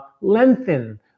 lengthen